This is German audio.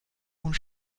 und